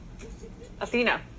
athena